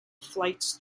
flights